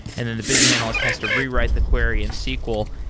and then the business analyst has to rewrite the query in sql.